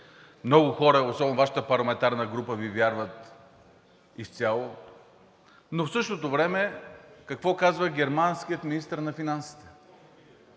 много хора, особено във Вашата парламентарна група, Ви вярват изцяло, но в същото време какво казва германският министър на финансите?